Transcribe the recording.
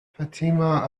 fatima